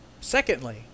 secondly